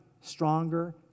stronger